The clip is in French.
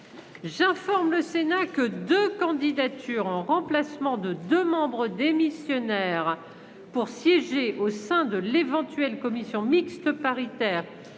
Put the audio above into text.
J'informe le Sénat que deux candidatures, en remplacement de deux membres démissionnaires, pour siéger au sein de l'éventuelle commission mixte paritaire